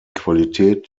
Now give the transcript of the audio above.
qualität